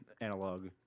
analog